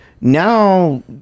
now